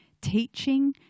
teaching